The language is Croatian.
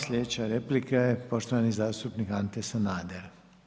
Slijedeća replika je poštovani zastupnik Ante Sanader.